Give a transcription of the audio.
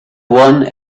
one